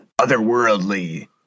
otherworldly